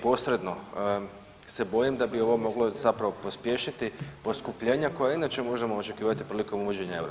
Posredno se bojim da bi ovo moglo zapravo pospješiti poskupljenja koja i inače možemo očekivati prilikom uvođenja eura.